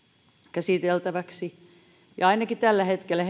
käsiteltäväksi ja ainakaan tällä hetkellä